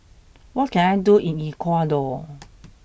what can I do in Ecuador